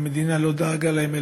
והמדינה לא דאגה להם,